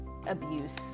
abuse